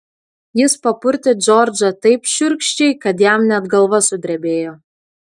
jis papurtė džordžą taip šiurkščiai kad jam net galva sudrebėjo